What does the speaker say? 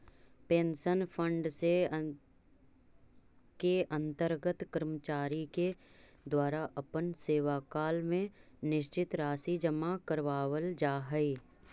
pension fund के अंतर्गत कर्मचारि के द्वारा अपन सेवाकाल में निश्चित राशि जमा करावाल जा हई